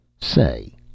Say